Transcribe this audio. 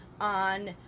on